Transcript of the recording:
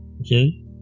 okay